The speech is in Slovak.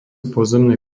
pozemné